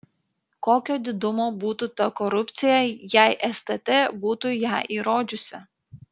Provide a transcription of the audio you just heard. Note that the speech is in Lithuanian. kokio didumo būtų ta korupcija jei stt būtų ją įrodžiusi